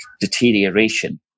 deterioration